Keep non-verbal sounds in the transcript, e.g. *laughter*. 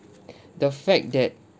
*breath* the fact that